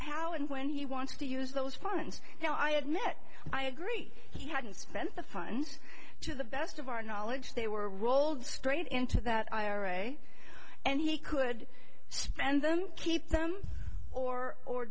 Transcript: how and when he wants to use those funds now i admit i agree he hadn't spent the funds to the best of our knowledge they were rolled straight into that ira and he could spend them keep them or or